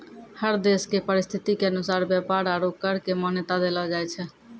हर देश के परिस्थिति के अनुसार व्यापार आरू कर क मान्यता देलो जाय छै